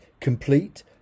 complete